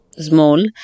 small